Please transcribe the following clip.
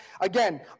again